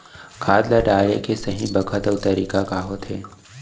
खाद ल डाले के सही बखत अऊ तरीका का होथे?